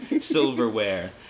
silverware